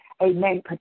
amen